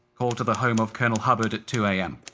called to the home of colonel hubbard, at two am.